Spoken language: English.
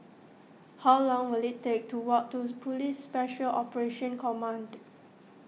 how long will it take to walk to Police Special Operations Command